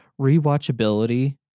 Rewatchability